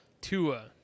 Tua